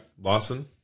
Lawson